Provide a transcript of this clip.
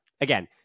again